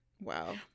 Wow